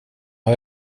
har